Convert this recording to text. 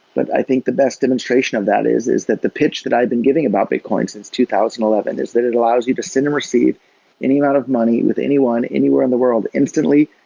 but i think the best demonstration of that is is that the pitch that i've been giving about bitcoins since two thousand and eleven is that it allows you to send and receive any amount of money with anyone, anywhere in the world instantly,